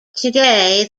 today